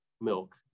milk